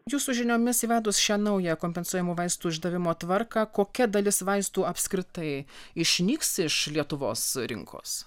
jūsų žiniomis įvedus šią naują kompensuojamų vaistų išdavimo tvarką kokia dalis vaistų apskritai išnyks iš lietuvos rinkos